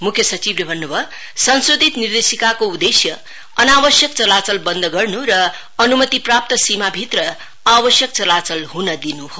मुख्य सचिवले भन्नु भयो संशोधित निर्देशिकाको उद्देश्य अनावश्यक चलाचल बन्द गर्नु र अनुमतिप्राप्त सीमाभित्र आवश्यक चलाचल हुन दिनु हो